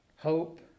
hope